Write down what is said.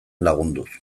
lagunduz